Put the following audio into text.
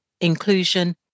inclusion